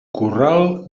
corral